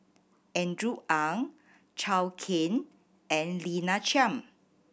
Andrew Ang Zhou Can and Lina Chiam